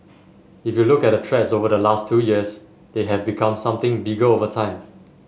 if you look at the threats over the last two years they have become something bigger over time